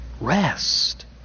Rest